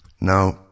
Now